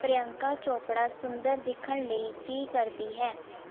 ਪ੍ਰੀਯੰਕਾ ਚੋਪੜਾ ਸੁੰਦਰ ਦਿੱਖਣ ਲਈ ਕੀ ਕਰਦੀ ਹੈ